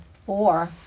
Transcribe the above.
four